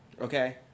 Okay